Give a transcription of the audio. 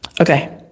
Okay